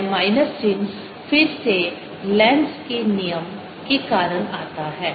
यह माइनस चिह्न फिर से लेंज़ के नियम Lenz's law के कारण आता है